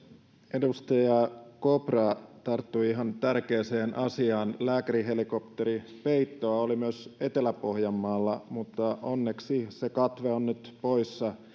edustaja kopra tarttui ihan tärkeään asiaan lääkärihelikopterin puutetta oli myös etelä pohjanmaalla mutta onneksi se katve on nyt poissa